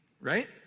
Right